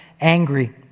angry